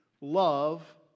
love